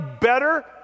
better